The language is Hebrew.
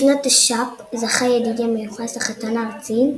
בשנת תש"פ זכה ידידיה מיוחס, החתן הארצי,